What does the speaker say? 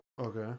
okay